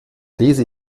lese